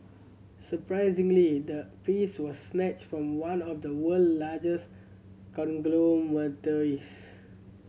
surprisingly the piece was snatched from one of the world largest conglomerates